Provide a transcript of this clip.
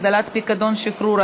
הגדלת פיקדון שחרור),